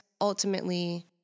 ultimately